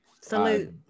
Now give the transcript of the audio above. Salute